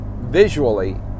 visually